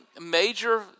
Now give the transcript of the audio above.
major